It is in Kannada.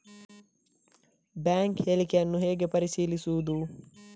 ಬ್ಯಾಂಕ್ ಹೇಳಿಕೆಯನ್ನು ಹೇಗೆ ಪರಿಶೀಲಿಸುವುದು?